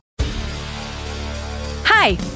Hi